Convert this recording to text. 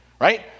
right